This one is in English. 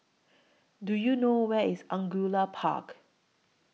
Do YOU know Where IS Angullia Park